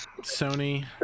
Sony